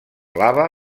lava